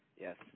Yes